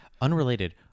Unrelated